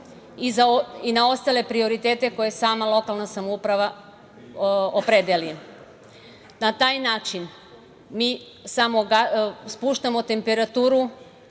i na ostale prioritete koje sama lokalna samouprava opredeli. Na taj način mi spuštamo temperaturu,